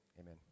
Amen